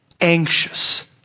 anxious